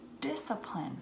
discipline